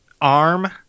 arm